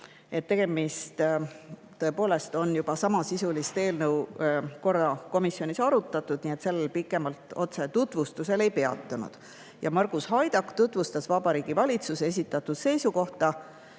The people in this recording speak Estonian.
et tõepoolest on samasisulist eelnõu korra komisjonis juba arutatud, nii et pikemalt ta otse tutvustusel ei peatunud. Margus Haidak tutvustas Vabariigi Valitsuse esitatud seisukohta,